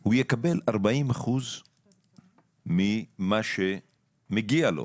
הוא יקבל 40% ממה שמגיע לו,